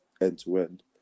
end-to-end